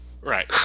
Right